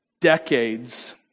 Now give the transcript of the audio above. decades